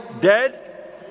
dead